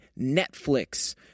Netflix